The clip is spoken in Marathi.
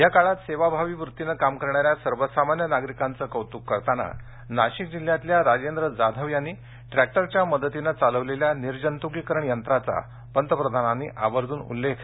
या काळात सेवाभावी वृत्तीनं काम करणाऱ्या सर्वसामान्य नागरिकांचं कौतुक करताना नाशिक जिल्ह्यातल्या सटाण्याच्या राजेंद्र जाधवनं ट्रॅक्टरच्या मदतीनं चालवलेल्या निर्जंतुकीकरण यंत्राचा पंतप्रधानांनी आवर्जून उल्लेख केला